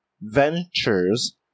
ventures